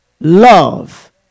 love